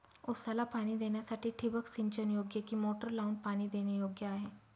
ऊसाला पाणी देण्यासाठी ठिबक सिंचन योग्य कि मोटर लावून पाणी देणे योग्य आहे?